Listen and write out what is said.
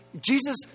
Jesus